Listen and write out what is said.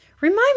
Remind